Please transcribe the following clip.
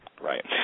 right